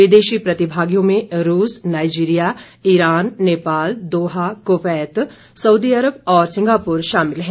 विदेशी प्रतिभागियों में रूस Nigeria Iran Nepal Doha Kuwait Saudi Arab और सिंगापुर शामिल हैं